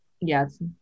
Yes